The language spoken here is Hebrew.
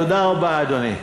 תודה רבה, אדוני.